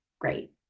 Great